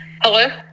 Hello